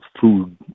food